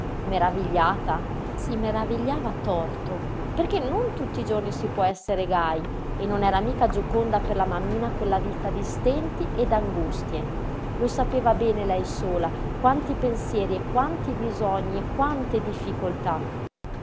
meravigliata si meravigliava a torto perché non tutti i giorni si può essere gaj e non era mica gioconda per la mammina quella vita di stenti e d'angustie lo sapeva bene lei sola quanti pensieri e quanti bisogni e quante difficoltà